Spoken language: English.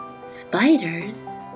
spiders